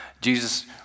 Jesus